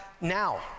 now